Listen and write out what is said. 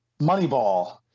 Moneyball